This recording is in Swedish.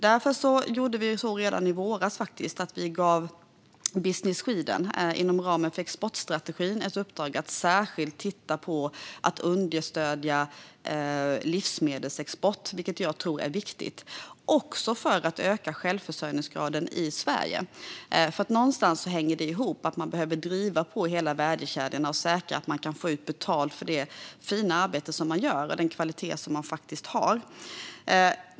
Därför gav vi redan i våras inom ramen för exportstrategin Business Sweden ett uppdrag att särskilt titta på att understödja livsmedelsexport. Detta tror jag är viktigt, även för att öka självförsörjningsgraden i Sverige. Någonstans hänger det ihop. Vi behöver driva på i hela värdekedjorna och säkra att man kan få betalt för det fina arbete som man gör och den kvalitet som man har.